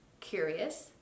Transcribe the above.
curious